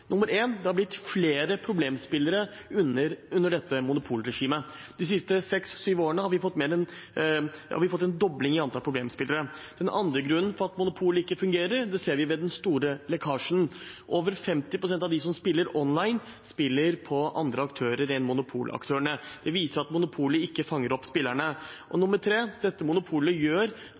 blitt flere problemspillere under dette monopolregimet. De siste seks–syv årene har vi fått en dobling i antall problemspillere. Den andre grunnen til at monopolet ikke fungerer, ser vi i den store lekkasjen. Over 50 pst. av dem som spiller online, spiller på andre aktører enn monopolaktørene. Det viser at monopolet ikke fanger opp spillerne. For det tredje gjør dette monopolet